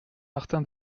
martin